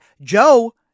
Joe